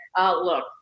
Look